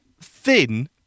thin